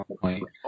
point